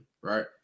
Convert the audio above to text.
right